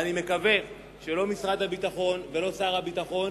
ואני מקווה שלא משרד הביטחון ולא שר הביטחון